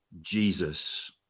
Jesus